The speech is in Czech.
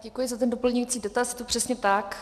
Děkuji za ten doplňující dotaz, je to přesně tak.